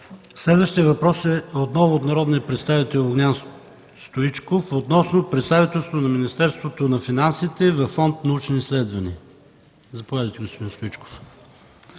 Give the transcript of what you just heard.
Следващият въпрос е от народния представител Огнян Стоичков относно представителство на Министерството на финансите във Фонд „Научни изследвания”. Заповядайте, господин Стоичков.